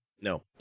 no